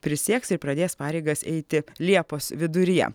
prisieks ir pradės pareigas eiti liepos viduryje